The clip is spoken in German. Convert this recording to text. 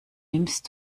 nimmst